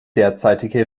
derzeitige